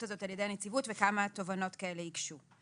הזאת על ידי הנציבות וכמה תובענות כאלה הוגשו.